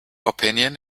opinion